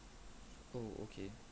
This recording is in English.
oh okay